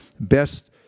Best